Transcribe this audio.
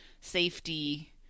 safety